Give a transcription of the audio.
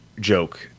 joke